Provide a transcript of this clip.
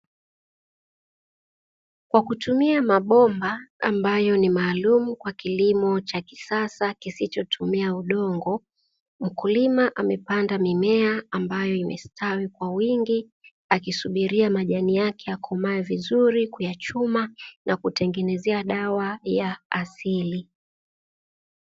Kwa kutumia mabomba ambayo ni maalumu kwa kilimo cha kisasa kisichotumia udongo, mkulima amepanda mimea ambayo imestawi kwa wingi akisubiria majani yake yakomae vizuri ili kuyachuma na kuyatengenezea dawa ya asili.